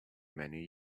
many